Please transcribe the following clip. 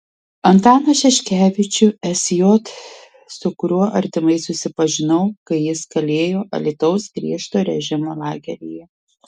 antaną šeškevičių sj su kuriuo artimai susipažinau kai jis kalėjo alytaus griežto režimo lageryje